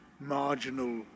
marginal